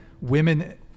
women